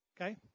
Okay